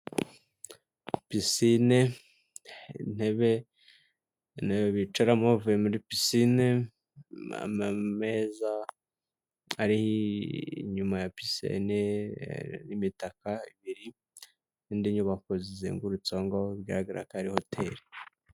Pisine, intebe, intebe bicaramo bavuye muri pisine n'ameza ari inyuma ya pisine, imitaka ibiri n'indi nyubako zizengurutse aho ngaho bigaragara ko ari hoteli.